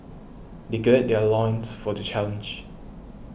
they gird their loins for the challenge